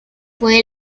fue